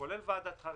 כולל ועדת חריגים.